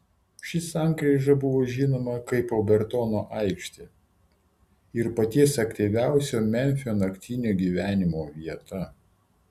ši sankryža buvo žinoma kaip obertono aikštė ir paties aktyviausio memfio naktinio gyvenimo vieta